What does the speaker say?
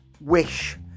wish